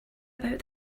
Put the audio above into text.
about